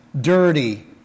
dirty